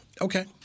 Okay